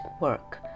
work